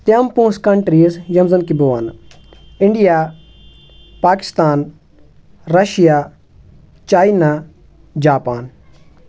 تِم پۄنٛسہٕ کَنٹریٖز یِم زَن کہِ بہٕ وَنہٕ India Pakistan Russia China Japan